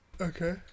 Okay